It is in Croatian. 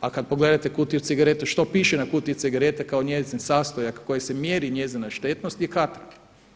A kada pogledate kutiju cigareta što piše na kutiji cigareta kao njezin sastojak kojim se mjeri njezina štetnost je katran.